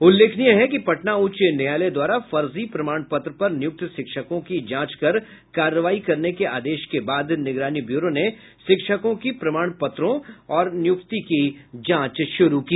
उल्लेखनीय है कि पटना उच्च न्यायालय द्वारा फर्जी प्रमाण पत्र पर नियुक्त शिक्षकों की जांच कर कार्रवाई करने के आदेश के बाद निगरानी ब्यूरो ने शिक्षकों की प्रमाण पत्रों और नियुक्ति की जांच शुरू की